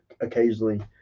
occasionally